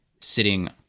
sitting